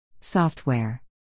Software